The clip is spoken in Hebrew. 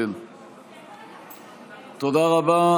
תודה רבה.